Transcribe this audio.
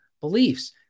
beliefs